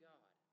God